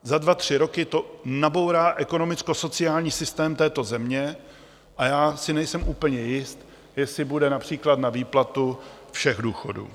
Za dva tři roky to nabourá ekonomickosociální systém této země a já si nejsem úplně jist, jestli bude například na výplatu všech důchodů.